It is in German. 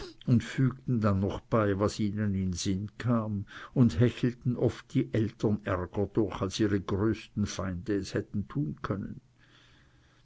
und fügten dann noch bei was ihnen in sinn kam und hechelten oft die eltern ärger durch als ihre größten feinde es hätten tun können